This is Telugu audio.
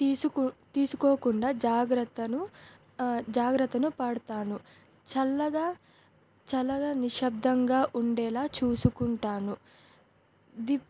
తీసుకు తీసుకోకుండా జాగ్రత్తను జాగ్రత్తను పాడతాను చల్లగా చల్లగా నిశబ్దంగా ఉండేలా చూసుకుంటాను దిప్